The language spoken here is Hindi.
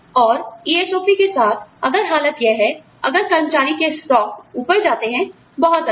और ESOP के साथ आप जानते हैं अगर हालत यह है अगर कर्मचारी के स्टॉक ऊपर जाते हैं बहुत अच्छा